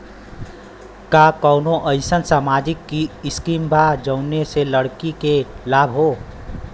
का कौनौ अईसन सामाजिक स्किम बा जौने से लड़की के लाभ हो?